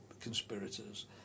conspirators